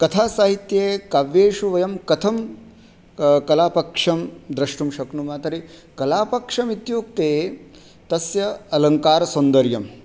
कथासाहित्ये काव्येषु वयं कथं कलापक्षं द्रष्टुं शक्नुमः तर्हि कलापक्षम् इत्युक्ते तस्य अलङ्कारसौन्दर्यम्